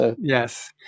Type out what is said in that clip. Yes